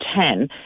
ten